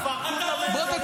אתה, תפרק את הממשלה.